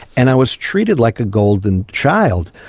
and i was treated like a golden child.